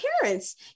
parents